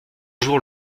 jours